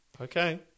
Okay